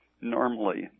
normally